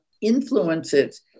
influences